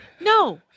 No